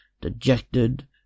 dejected